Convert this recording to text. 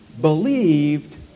believed